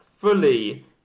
fully